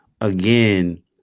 Again